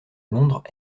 londres